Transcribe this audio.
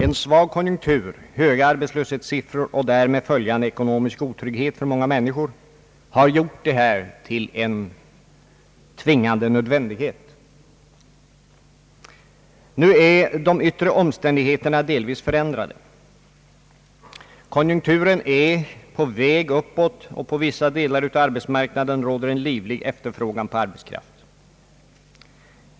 En svag konjunktur, höga arbetslöshetssiffror och därmed följande ekonomisk otrygghet för många människor har gjort denna insats till en tvingande nödvändighet. Nu är de yttre omständigheterna delvis förändrade. Konjunkturen är på väg uppåt, och på vissa delar av arbetsmarknaden råder livlig efterfrågan på arbetskraft.